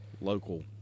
local